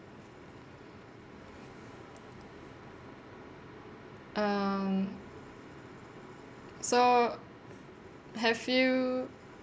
um so have you